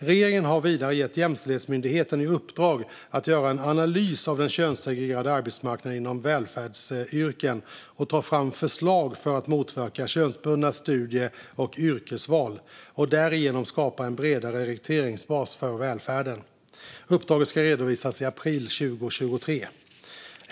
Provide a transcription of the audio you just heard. Regeringen har vidare gett Jämställdhetsmyndigheten i uppdrag att göra en analys av den könssegregerade arbetsmarknaden inom välfärdsyrken och ta fram förslag för att motverka könsbundna studie och yrkesval och därigenom skapa en bredare rekryteringsbas till välfärden. Uppdraget ska redovisas i april 2023.